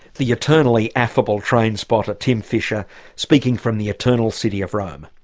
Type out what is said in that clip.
the eternally affable train spotter tim fischer speaking from the eternal city of rome.